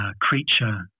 creature